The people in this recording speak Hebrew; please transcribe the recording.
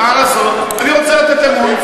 מה לעשות, אני רוצה לתת אמון.